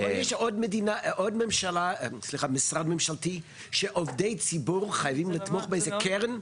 יש עוד משרד ממשלתי שעובדי ציבור חייבים לתמוך באיזה קרן?